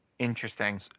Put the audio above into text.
interesting